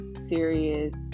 serious